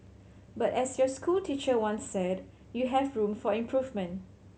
but as your school teacher once said you have room for improvement